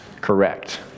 correct